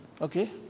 okay